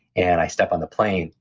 and i step on the plane,